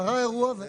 קרה אירוע.